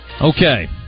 okay